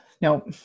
No